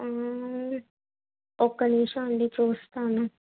ఒక నిమిషం అండి చూస్తాను